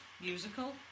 musical